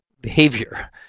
behavior